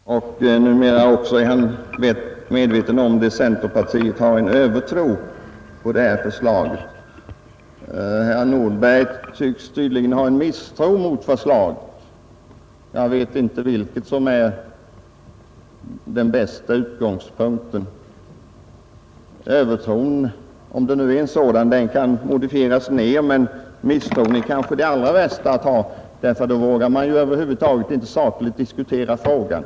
Herr talman! Herr Nordberg menar att jag och — som han nu är medveten om — centerpartiet har en övertro på detta förslag. Han har tydligen en misstro mot förslaget. Jag vet inte vilket som är den bästa utgångspunkten. Övertron, om det nu är en sådan, kan modifieras ner, men misstro är kanske det allra värsta att ha, ty då vågar man över huvud taget inte sakligt diskutera frågan.